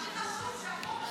הכי חשוב שהחוק הזה,